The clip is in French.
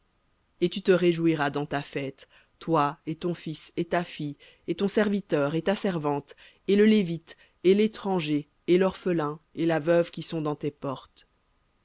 et tu te réjouiras dans ta fête toi et ton fils et ta fille et ton serviteur et ta servante et le lévite et l'étranger et l'orphelin et la veuve qui sont dans tes portes